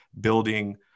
building